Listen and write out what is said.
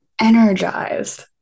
energized